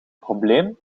probleem